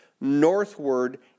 northward